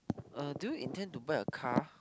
uh do you intend to buy a car